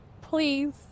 please